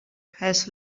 has